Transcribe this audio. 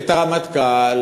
את הרמטכ"ל,